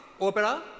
opera